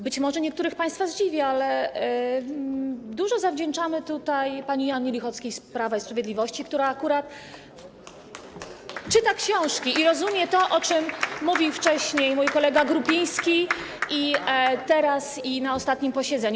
Być może niektórych państwa zdziwię, ale dużo zawdzięczamy tutaj pani Joannie Lichockiej z Prawa i Sprawiedliwości, która akurat czyta książki i rozumie to, o czym mówił wcześniej mój kolega Grupiński i teraz, i na ostatnim posiedzeniu.